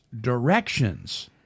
directions